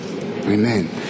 Amen